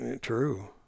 True